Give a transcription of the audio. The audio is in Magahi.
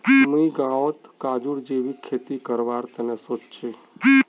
मुई गांउत काजूर जैविक खेती करवार तने सोच छि